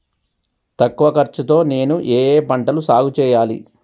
తక్కువ ఖర్చు తో నేను ఏ ఏ పంటలు సాగుచేయాలి?